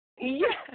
Yes